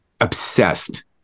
obsessed